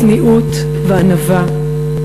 צניעות וענווה,